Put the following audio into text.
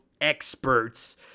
experts